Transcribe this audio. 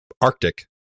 arctic